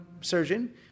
surgeon